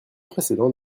précédent